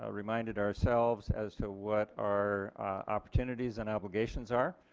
ah reminded ourselves as to what our opportunities and obligations are.